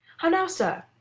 how now, sirrah!